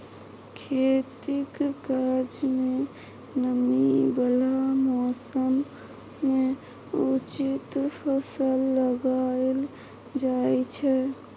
खेतीक काज मे नमी बला मौसम मे उचित फसल लगाएल जाइ छै